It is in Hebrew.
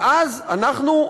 ואז אנחנו,